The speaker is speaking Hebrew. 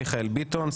מיכאל ביטון,